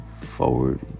forward